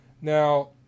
Now